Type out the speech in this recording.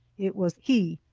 it was he,